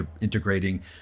integrating